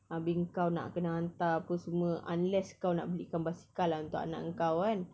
abeh kau nak kena hantar apa semua unless kau nak belikan basikal ah untuk anak kau kan